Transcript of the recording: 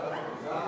אתם